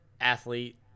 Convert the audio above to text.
Athlete